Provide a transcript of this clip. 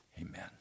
Amen